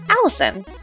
Allison